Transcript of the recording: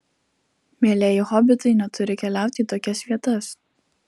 mielieji hobitai neturi keliauti į tokias vietas